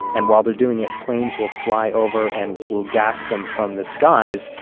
and while they're doing it, planes will fly over and will gas them from the skies.